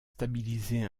stabiliser